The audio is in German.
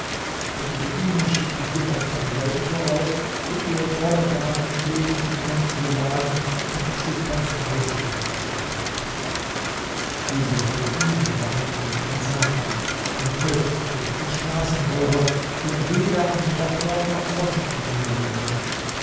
der beduine schickte hierauf seine leute voraus um ihre dromedare mit lebensmitteln zu beladen und sich ganz reisefertig zu machen dieser beduine war nämlich ein satan ein teufelskind ein straßenräuber der weder eine tochter noch sonst familie hatte